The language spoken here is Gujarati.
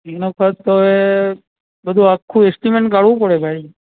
ઈનો ખર્ચ તો એ બધુ આખું એસ્ટીમેન્ટ કાઢવું પડે ભાઈ